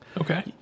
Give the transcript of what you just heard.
Okay